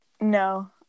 No